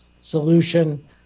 solution